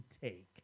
take